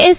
S